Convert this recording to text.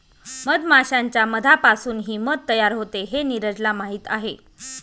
मधमाश्यांच्या मधापासूनही मध तयार होते हे नीरजला माहीत आहे